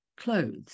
clothes